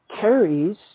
carries